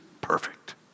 perfect